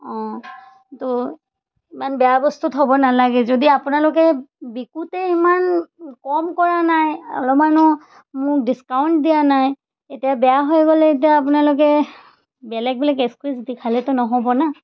অঁ তো ইমান বেয়া বস্তুত হ'ব নালাগে যদি আপোনালোকে বিকোতে ইমান কম কৰা নাই অলপমানো মোক ডিচকাউণ্ট দিয়া নাই এতিয়া বেয়া হৈ গ'লে এতিয়া আপোনালোকে বেলেগ বেলেগ এক্সকুজ দেখালেতো নহ'ব ন